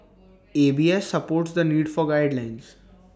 A B S supports the need for guidelines